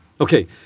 Okay